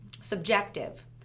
subjective